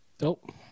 nope